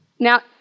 Now